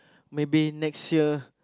maybe next year